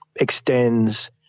extends